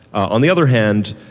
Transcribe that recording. on the other hand,